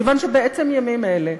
כיוון שבעצם ימים אלה,